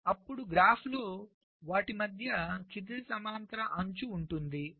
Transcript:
అప్పుడు గ్రాఫ్లో వాటి మధ్య క్షితిజ సమాంతర అంచు ఉంటుంది